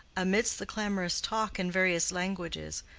amidst the clamorous talk in various languages,